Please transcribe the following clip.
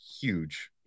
huge